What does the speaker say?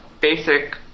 basic